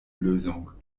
lösung